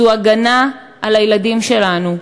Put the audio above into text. זו הגנה על הילדים שלנו,